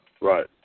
right